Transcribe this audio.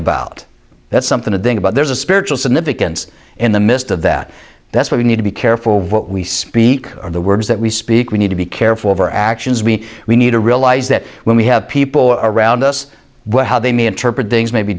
about that's something to think about there's a spiritual significance in the midst of that that's why we need to be careful what we speak or the words that we speak we need to be careful of our actions we we need to realize that when we have people around us what how they may interpret things may be